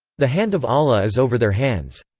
the hand of allah is over their hands.